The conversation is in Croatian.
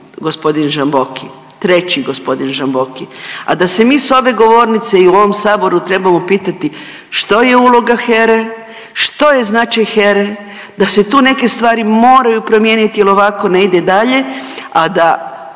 gospodin Žamboki, treći gospodin Žamboki, a da se mi s ove govornice i u ovom saboru trebamo pitati što je uloga HERE, što je značaj HERE, da se tu neke stvari moraju promijeniti jer ovako ne ide dalje, a da